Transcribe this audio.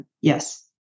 Yes